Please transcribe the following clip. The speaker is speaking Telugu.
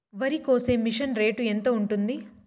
వరికోసే మిషన్ రేటు ఎంత ఉంటుంది?